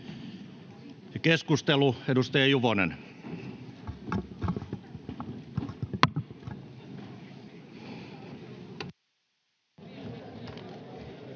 Keskustelu, edustaja Juvonen.